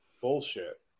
bullshit